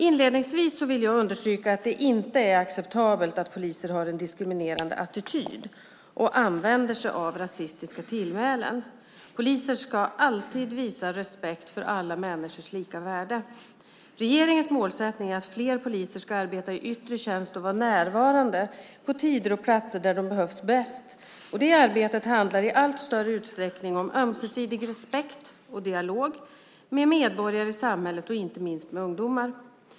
Inledningsvis vill jag understryka att det inte är acceptabelt att poliser har en diskriminerande attityd och använder sig av rasistiska tillmälen. Poliser ska alltid visa respekt för alla människors lika värde. Regeringens målsättning är att fler poliser ska arbeta i yttre tjänst och vara närvarande på tider och platser där de behövs bäst. Det arbetet handlar i allt större utsträckning om ömsesidig respekt och dialog med medborgare i samhället och inte minst med ungdomar.